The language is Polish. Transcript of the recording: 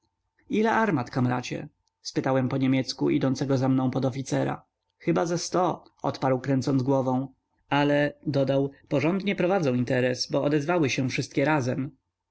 ile armat kamracie spytałem po niemiecku idącego za mną podoficera chyba ze sto odparł kręcąc głową ale dodał porządnie prowadzą interes bo odezwały się wszystkie razem